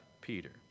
Peter